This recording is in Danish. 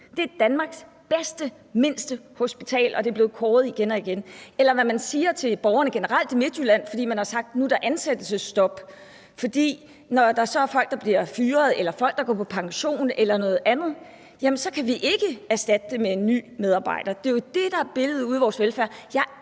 Det er Danmarks bedste mindste hospital, og det er blevet kåret igen og igen. Eller hvad vil statsministeren generelt sige til borgerne i Midtjylland? For man har sagt, at der nu er ansættelsesstop. Når der er folk, der bliver fyret, eller folk, der går på pension eller noget andet, så kan man ikke erstatte dem med en ny medarbejder. Det er jo det, der er billedet ude i vores velfærdssamfund.